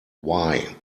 why